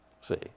See